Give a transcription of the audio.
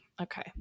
Okay